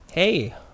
Hey